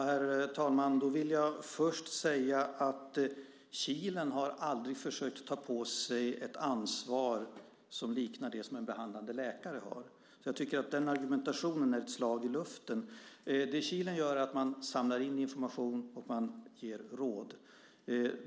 Herr talman! Först vill jag säga att Kilen aldrig har försökt ta på sig ett ansvar som liknar det som en behandlande läkare har. Jag tycker att den argumentationen är ett slag i luften. Det Kilen gör är att man samlar in information, och man ger råd.